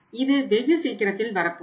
இது வெகு சீக்கிரத்தில் வரப்போகிறது